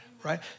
Right